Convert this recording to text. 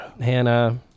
Hannah